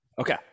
Okay